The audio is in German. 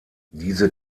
diese